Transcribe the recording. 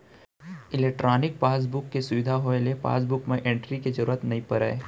electronic passbook के सुबिधा होए ले पासबुक म एंटरी के जरूरत नइ परय